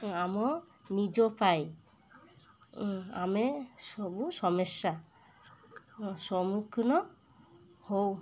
ଆମ ନିଜ ପାଇ ଆମେ ସବୁ ସମସ୍ୟା ସମ୍ମୁଖୀନ ହଉ